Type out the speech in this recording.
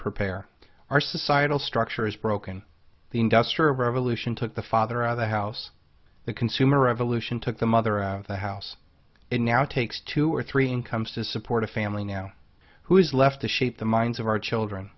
prepare our societal structure is broken the industrial revolution took the father of the house the consumer revolution took the mother out of the house it now takes two or three incomes to support a family now who is left to shape the minds of our children